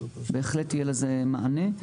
בהחלט יהיה לזה מענה.